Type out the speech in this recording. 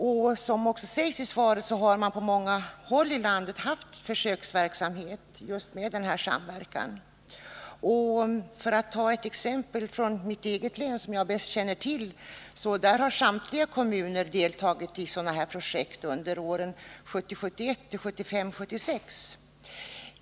Såsom även sägs i svaret har man på många håll i landet bedrivit försöksverksamhet med en sådan samverkan. För att ta ett exempel från mitt eget län, som jag ju bäst känner till, kan jag tala om att samtliga kommuner där har deltagit i sådana projekt under åren 1970 76.